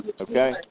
Okay